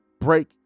break